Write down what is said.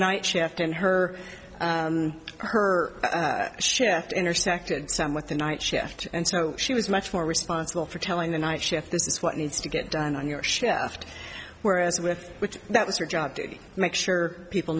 night shift in her her shift intersected somewhat the night shift and so she was much more responsible for telling the night shift this is what needs to get done on your shift whereas with which that was her job to make sure people